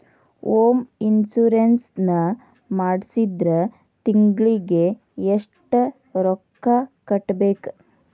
Home insurance ನ ಮಾಡ್ಸಿದ್ರ ತಿಂಗ್ಳಿಗೆ ಎಷ್ಟ್ ರೊಕ್ಕಾ ಕಟ್ಬೇಕ್?